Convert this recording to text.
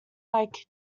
like